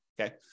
okay